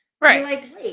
Right